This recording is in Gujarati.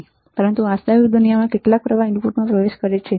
• પરંતુ વાસ્તવિક દુનિયામાં કેટલાક પ્રવાહ ઇનપુટ્સમાં પ્રવેશ કરે છે